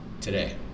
today